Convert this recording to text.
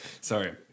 sorry